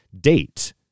date